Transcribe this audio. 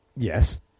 Yes